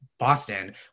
Boston